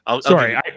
sorry